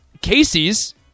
Casey's